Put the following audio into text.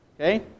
Okay